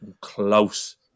close